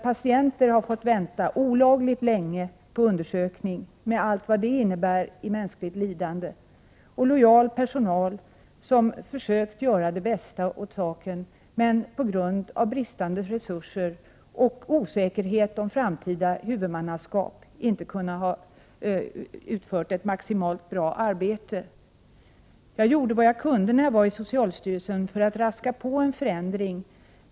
Patienter har fått vänta olagligt länge på undersökning med allt vad det innebär såväl i form av mänskligt lidande som för den lojala personal som försökt att göra sitt bästa men som på grund av bristande resurser och osäkerheten om det framtida huvudmannaskapet inte har kunnat göra maximala arbetsprestationer. Jag gjorde vad jag kunde när jag arbetade i socialstyrelsen för att raska på en förändring.